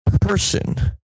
person